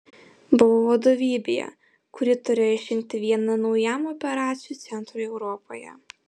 buvau vadovybėje kuri turėjo išrinkti vietą naujam operacijų centrui europoje